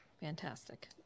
Fantastic